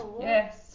Yes